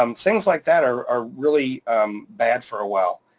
um things like that are really bad for a well.